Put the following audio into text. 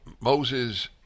Moses